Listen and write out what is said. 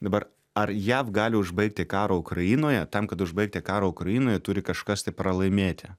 dabar ar jav gali užbaigti karą ukrainoje tam kad užbaigti karą ukrainoje turi kažkas tai pralaimėti